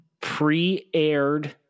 pre-aired